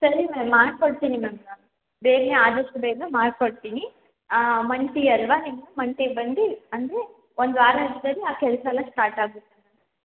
ಸರಿ ಮ್ಯಾಮ್ ಮಾಡ್ಕೊಡ್ತೀನಿ ಮ್ಯಾಮ್ ಬೇಗನೆ ಆದಷ್ಟು ಬೇಗ ಮಾಡ್ಕೊಡ್ತೀನಿ ಮಂತ್ಲಿ ಅಲ್ವ ನಿಮ್ಗೆ ಮಂತಿಗೆ ಬಂದು ಅಂದರೆ ಒಂದು ವಾರದಲ್ಲಿಆ ಕೆಲಸ ಎಲ್ಲ ಸ್ಟಾರ್ಟ್ ಆಗುತ್ತೆ ಮ್ಯಾಮ್